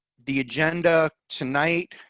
the agenda tonight.